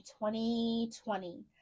2020